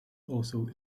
also